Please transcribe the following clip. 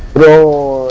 the